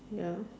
ya